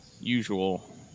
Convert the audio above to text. usual